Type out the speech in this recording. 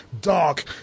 dark